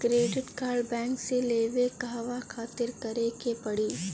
Credit card bank से लेवे कहवा खातिर का करे के पड़ी?